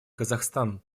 казахстан